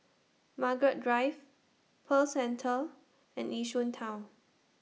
Margaret Drive Pearl Centre and Yishun Town